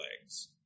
legs